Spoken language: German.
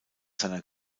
seiner